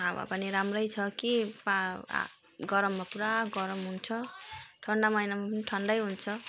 हावापानी राम्रै छ कि गरममा पुरा गरम हुन्छ ठन्डा महिनामा ठन्डै हुन्छ